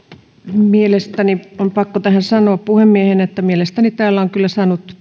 on pakko tähän sanoa puhemiehenä että mielestäni täällä ovat kyllä saaneet